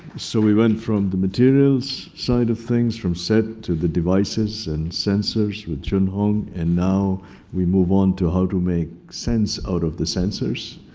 so we went from the materials side of things, from seth, to the devices and sensors with junhong. and now we move on to how to make sense out of the sensors.